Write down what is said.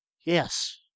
Yes